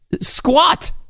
squat